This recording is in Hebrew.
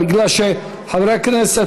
חברי הכנסת,